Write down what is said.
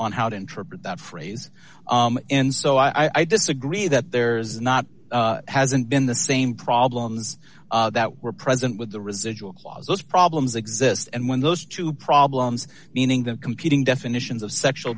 on how to interpret that phrase and so i disagree that there's not hasn't been the same problems that were present with the residual clause those problems exist and when those two problems meaning the competing definitions of sexual